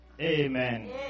Amen